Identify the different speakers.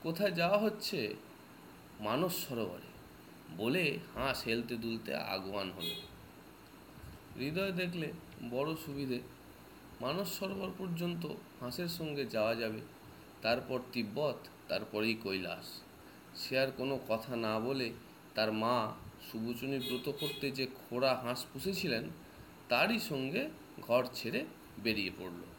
Speaker 1: কোথায় যাওয়া হচ্ছে? মানস সরোবরে। বলে হাঁস হেলতে দুলতে আগুয়ান হলো। হৃদয় দেখলে বড় সুবিধে। মানস সরোবর পর্যন্ত হাঁসের সঙ্গে যাওয়া যাবে। তারপর তিব্বত, তারপরেই কৈলাস। সে আর কোনো কথা না বলে তার মা সুবচনীব্রত করতে যে খোড়া হাঁস পুষেছিলেন, তারই সঙ্গে ঘর ছেড়ে বেরিয়ে পড়ল।